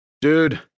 Dude